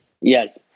yes